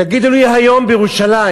תגידו לי, היום בירושלים,